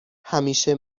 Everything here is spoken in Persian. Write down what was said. همیشه